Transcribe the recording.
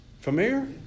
familiar